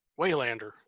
Waylander